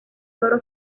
toro